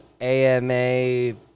ama